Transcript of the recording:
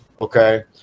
Okay